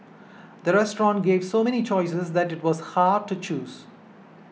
the restaurant gave so many choices that it was hard to choose